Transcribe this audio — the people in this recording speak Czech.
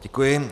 Děkuji.